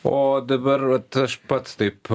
o dabar vat aš pats taip